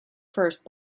first